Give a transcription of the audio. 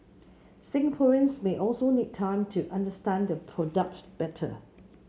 Singaporeans may also need time to understand the product better